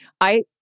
I-